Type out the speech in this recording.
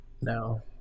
No